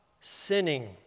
sinning